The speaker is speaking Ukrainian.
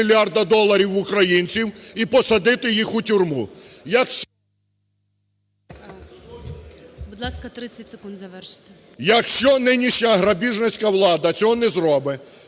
Будь ласка, 30 секунд завершити.